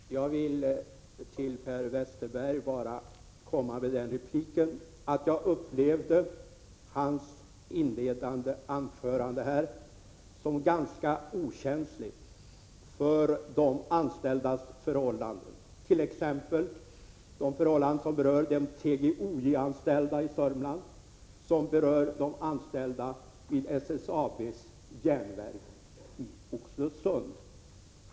Fru talman! Jag vill till Per Westerberg komma med repliken att jag upplevde hans inledande anförande som ganska okänsligt när det gäller de anställdas förhållanden, t.ex. de förhållanden som berör de TGOJ-anställda i Sörmland och de anställda vid SSAB:s järnverk i Oxelösund.